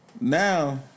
now